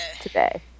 today